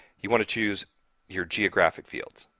you want to choose your geographic fields.